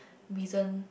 reason